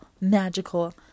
magical